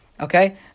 Okay